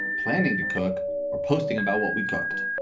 planning to cook or posting about what we cooked.